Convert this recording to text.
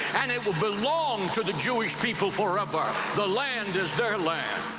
and it will belong to the jewish people forever. the land is their land.